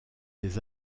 des